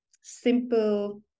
simple